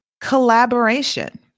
collaboration